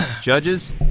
Judges